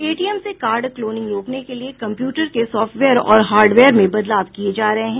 ATM से card cloning रोकने के लिये कम्प्यूटर के सॉफ्टवेयर और हार्डवेयर में बदलाव किये जा रहे हैं